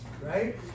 Right